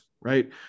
right